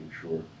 sure